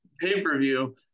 pay-per-view